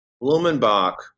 Blumenbach